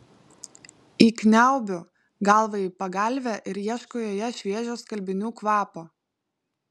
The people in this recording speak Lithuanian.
įkniaubiu galvą į pagalvę ir ieškau joje šviežio skalbinių kvapo